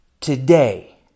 today